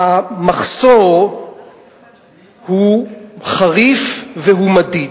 המחסור הוא חריף, והוא מדיד,